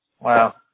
Wow